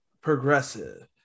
progressive